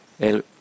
El